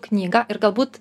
knygą ir galbūt